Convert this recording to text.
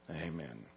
Amen